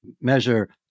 measure